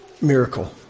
miracle